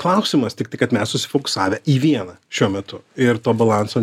klausimas tiktai kad mes užsifiksavę į vieną šiuo metu ir to balanso